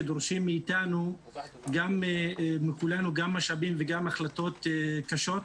שדורשים מכולנו גם משאבים וגם החלטות קשות.